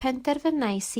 penderfynais